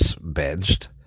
benched